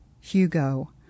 Hugo